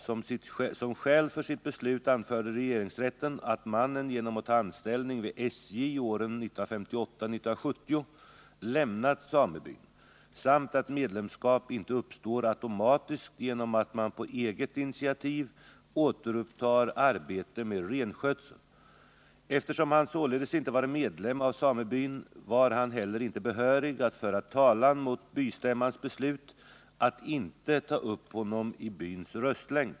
Som skäl för sitt beslut anförde regeringsrätten att mannen genoin att ta anställning vid SJ åren 1958-1970 lämnat samebyn samt att medlemskap inte uppstår automatiskt genom att man på eget initiativ återupptar arbete med renskötsel. Eftersom han således inte var medlem av samebyn var han heller inte behörig att föra talan mot bystämmans beslut att inte ta upp honom i byns röstlängd.